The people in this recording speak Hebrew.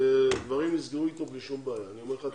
דברים נסגרו אתו בלי שום בעיה.